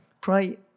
Pray